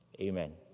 Amen